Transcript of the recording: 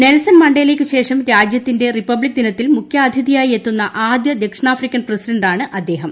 Nelson മണ്ടേലയ്ക്ക് ശേഷം രാജ്യത്തിന്റെ റിപ്പബ്ലിക് ദിനത്തിൽ മുഖ്യാതിഥിയായി എത്തുന്ന ആദ്യ ദക്ഷിണാഫ്രിക്കൻ പ്രസിഡന്റാണ് അദ്ദേഹം